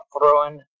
throwing